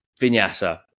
vinyasa